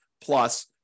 plus